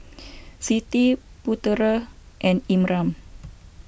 Siti Putera and Imran